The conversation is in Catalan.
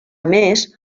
més